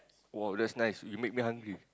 !wow! that's nice you make me hungry